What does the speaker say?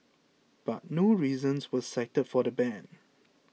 but no reasons were cited for the ban